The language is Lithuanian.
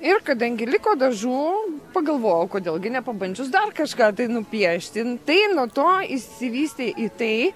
ir kadangi liko dažų pagalvojau kodėl gi nepabandžius dar kažką tai nupiešti tai nuo to išsivystė į tai